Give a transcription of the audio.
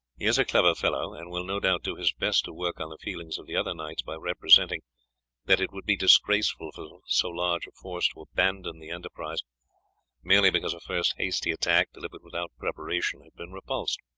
he is a clever fellow, and will no doubt do his best to work on the feelings of the other knights by representing that it would be disgraceful for so large a force to abandon the enterprise merely because a first hasty attack, delivered without preparation, had been repulsed.